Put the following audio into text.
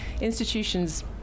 Institutions